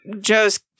Joe's